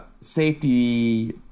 safety